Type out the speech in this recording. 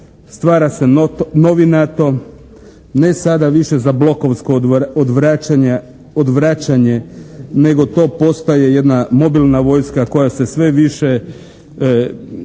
Stvara se novi NATO, ne sada više za blokovsko odvraćanje nego to postaje jedna mobilna vojska koja se sve više